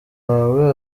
wawe